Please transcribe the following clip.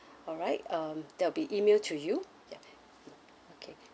alright um that'll be email to you ya okay